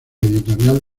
editorial